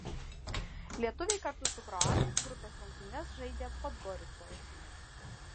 lietuviai kartu su kroatais grupės rungtynes žaidė podgoricoje